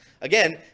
Again